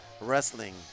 wrestling